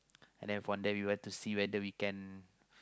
and then from there we want to see whether we can